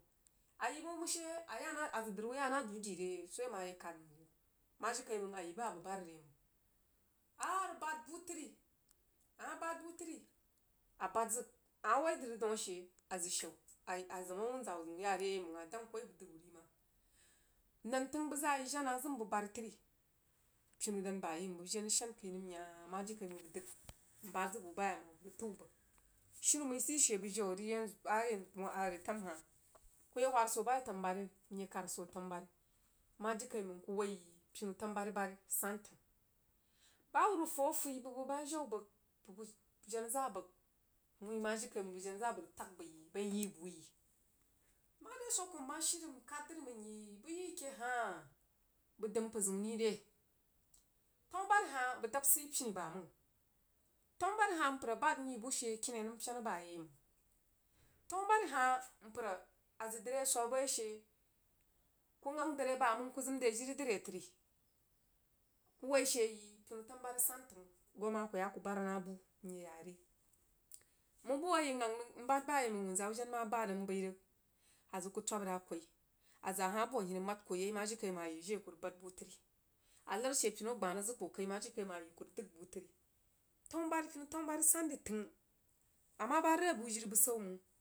A yi bəg mang she a yah nah a zəg dri wuh ya nah a duh dui re yai soh awai mang a yag kahd mah jirilaimang a yi bah a bəg bahd a reyai mang a rig bahd buh tri a mah bahd buh tri a bahd zəg a mah woi dri rig daun a she a zəg a mah woi dri rig daun a she a zəg shau a yi a zəm a wunzah wuh zəun rig yah re yai mang a dang koh ri bəg dri wuh mah nantəng bəg zaa yi jenah zəm buhbari tri pinu dan bayaimang bəg jen rig shan kəi nəm yaah mah jirikaimang bəg dəg nbahd zəg buh bayaimang rig təu bəg shunu məi sid she bəg jiu ri yanzu aye a retarinhah kuh yah whad soh bau enubari mye kahd soh tanubari mah jirikaimang kuh woi yi pinu tanubari bari sanitəg bah hubba rig fuh a fui bəg bəg ba jen bəg buh bəg jenah zaa bəg wui mah jirikaimang bəg jenah zaa bəg tag bəg yi bəih yi buh nəm mare swoh kuh nmah shii rig nlahd dri mai nyi buh yii keh hah bəg dəm mpər zəun ri re? Tanubari hah bəg dahb siigh pini, bamang tenu bari hah mpər a bahd nyi buh she kini nəm pyena bayaimang tanubari hah mpər azəg dri yah swag abo yai she kuh ghang dri bamang kuh zəm re jiri tri kuh woi she yi pinu tanubari san təng gwanda a kub bahd nah buh nye yah re mang buh wuh a yi shang rig mbahd bayaimang wunzaa wuh mah bahd rig nbəi rig a zəd kuh twab rah a koi a zaa hah abunu huni mahd kuh a yai mah. Jirikai mang a yi jire kuh rig bahd buh tri a lar she pinu a gbah rig kuh a kai mah jiri kaimang a yi kuh rig dəg buh tri tanubari pinu tanubari san dri təng amah bad re buh jiri basau mang.